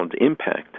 impact